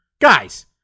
Guys